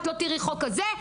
את לא תראי חוק כזה.